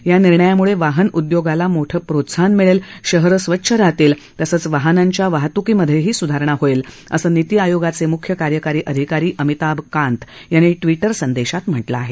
या निर्णयामुळे वाहनउद्योगाला मोठं प्रोत्साहन मिळेल शहरं स्वच्छ राहतील तसंच वाहनांच्या वाहतूकी मधेही सुधारणा होईल असं नितीआयोगाचे मुख्य कार्यकारी अधिकारी अमिताभ कांत यांनी ट्विटर संदेशात म्हटलं आहे